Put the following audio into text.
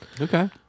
Okay